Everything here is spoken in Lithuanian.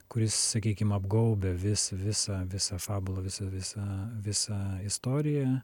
kuris sakykim apgaubia vis visą visą fabulą visą visą visą istoriją